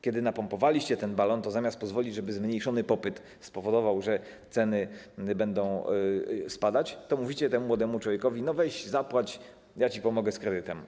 Kiedy napompowaliście ten balon, to zamiast pozwolić, żeby zmniejszony popyt spowodował, iż ceny będą spadać, mówicie temu młodemu człowiekowi: weź zapłać, ja ci pomogę z kredytem.